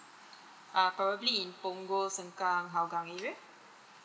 uh probably in punggol sengkang hougang area